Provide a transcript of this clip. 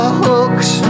hooks